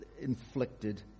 inflicted